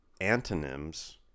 antonyms